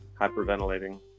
Hyperventilating